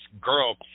girl